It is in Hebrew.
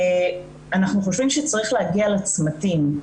אנחנו חושבים שצריך להגיע לצמתים,